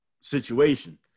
situation